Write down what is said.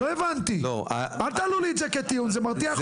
אל תעלו לי את זה כטיעון, זה מרתיח אותי.